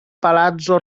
palazzo